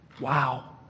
Wow